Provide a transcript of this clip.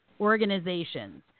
organizations